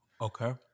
Okay